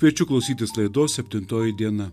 kviečiu klausytis laidos septintoji diena